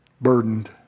burdened